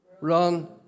run